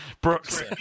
Brooks